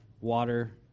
water